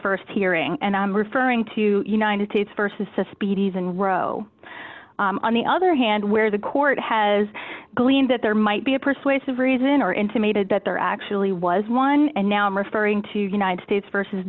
st hearing and i'm referring to united states versus a species and roe on the other hand where the court has gleaned that there might be a persuasive reason or intimated that there actually was one and now i'm referring to united states versus